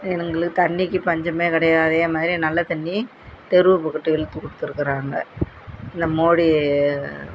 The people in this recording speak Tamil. எங்களுக்கு தண்ணிக்கு பஞ்சமே கிடையாது அதேமாதிரி நல்ல தண்ணி தெருவுக்குக்கிட்டே இழுத்து கொடுத்துருக்குறாங்க இந்த மோடி